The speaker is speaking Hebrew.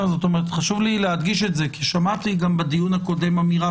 חשוב לי להדגיש את זה כי שמעתי גם בדיון הקודם אמירה